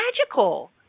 magical